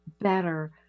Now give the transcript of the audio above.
better